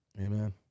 Amen